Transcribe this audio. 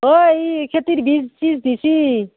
অঁ এই খেতিৰ বীজ চীজ দিছে